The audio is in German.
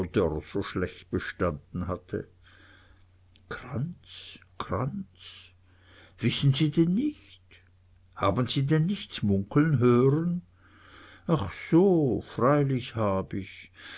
so schlecht bestanden hatte kranz kranz wissen sie denn nich haben sie denn nichts munkeln hören ach so freilich hab ich